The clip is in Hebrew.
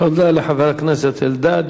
תודה לחבר הכנסת אלדד.